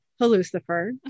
Hallucifer